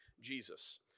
Jesus